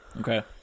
Okay